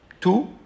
two